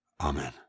Amen